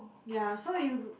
ya so you